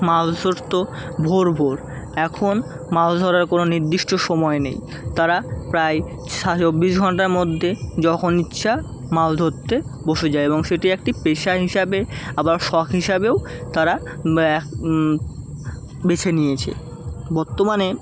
মাছ ধরত ভোর ভোর এখন মাছ ধরার কোনো নির্দিষ্ট সময় নেই তারা প্রায় সা চব্বিশ ঘণ্টার মধ্যে যখন ইচ্ছা মাছ ধরতে বসে যায় এবং সেটি একটি পেশা হিসাবে আবার শখ হিসাবেও তারা ব্যা বেছে নিয়েছে বর্তমানে